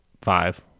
five